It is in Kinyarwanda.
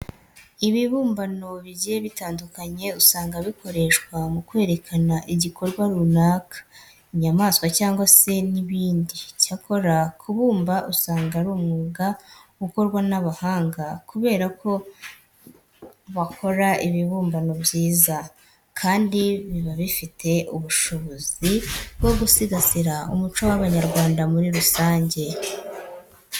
Ibibumbano bigiye bitandukanye usanga bikoreshwa mu kwerekana igikorwa runaka, inyamaswa cyangwa se n'ibindi. Icyakora kubumba usanga ari umwuga ukorwa n'abahanga kubera ko bakora ibibumbano byiza kandi biba bifite ubushobozi bwo gusigasira umuco w'Abanyarwanda muri rusange.